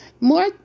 More